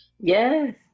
Yes